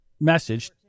message